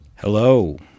Hello